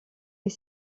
est